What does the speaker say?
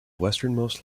westernmost